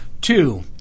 Two